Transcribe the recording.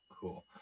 Cool